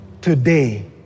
Today